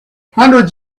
hundreds